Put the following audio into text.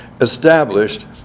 established